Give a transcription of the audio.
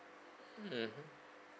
mm